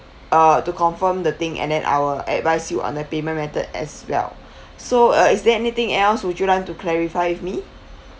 uh to confirm the thing and then I will advise you on the payment method as well so uh is there anything else would you like to clarify with me